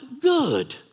good